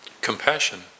Compassion